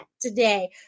today